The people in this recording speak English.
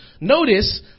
Notice